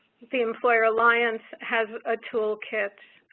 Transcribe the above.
the employer alliance has a toolkit.